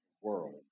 world